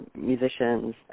musicians